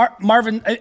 Marvin